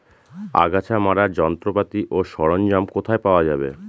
আগাছা মারার যন্ত্রপাতি ও সরঞ্জাম কোথায় পাওয়া যাবে?